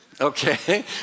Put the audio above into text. Okay